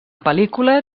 pel·lícula